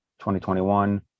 2021